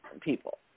people